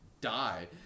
die